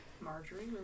Marjorie